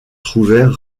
trouvèrent